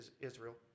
Israel